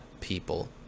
people